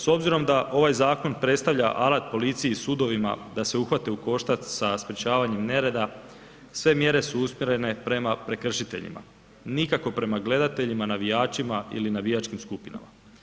S obzirom da ovaj zakon predstavlja alat policiji i sudovima da se uhvate u koštac sa sprečavanjem nereda sve mjere su usmjerene prema prekršiteljima, nikao prema gledateljima, navijačima ili navijačkim skupinama.